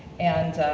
and